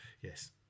Yes